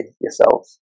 yourselves